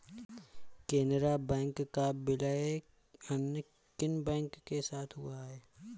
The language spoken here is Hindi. केनरा बैंक का विलय अन्य किन बैंक के साथ हुआ है?